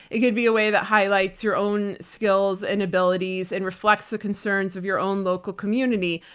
it could be a way that highlights your own skills and abilities and reflects the concerns of your own local community.